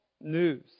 news